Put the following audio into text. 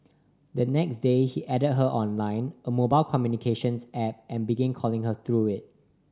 the next day he added her on Line a mobile communications app and began calling her through it